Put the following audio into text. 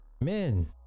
Men